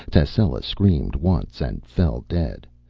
tascela screamed once and fell dead,